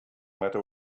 matter